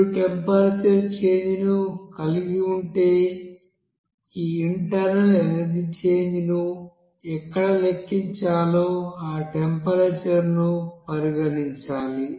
మీరు temperature change ను కలిగి ఉంటే ఈ ఇంటర్నల్ ఎనర్జీ చేంజ్ ను ఎక్కడ లెక్కించాలో ఆ టెంపరేచర్ను పరిగణించాలి